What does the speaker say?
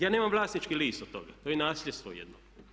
Ja nemam vlasnički list od toga, to je nasljedstvo jedno.